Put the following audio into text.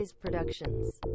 Productions